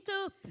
up